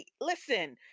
listen